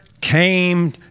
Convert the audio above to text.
came